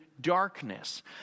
darkness